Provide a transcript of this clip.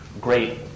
great